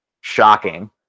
shocking